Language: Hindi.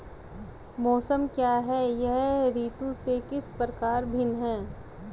मौसम क्या है यह ऋतु से किस प्रकार भिन्न है?